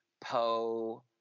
Poe